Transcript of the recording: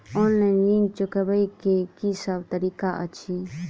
Online ऋण चुकाबै केँ की सब तरीका अछि?